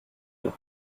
nous